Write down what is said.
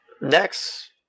Next